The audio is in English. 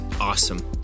awesome